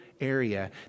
area